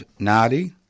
Nadi